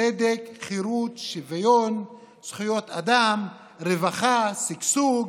צדק, חירות, שוויון, זכויות אדם, רווחה, שגשוג,